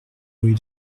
rue